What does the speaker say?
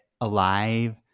alive